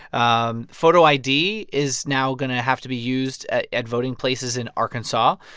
um photo id is now going to have to be used at at voting places in arkansas.